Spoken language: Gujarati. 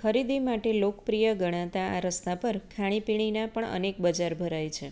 ખરીદી માટે લોકપ્રિય ગણાતા આ રસ્તા પર ખાણીપીણીનાં પણ અનેક બજાર ભરાય છે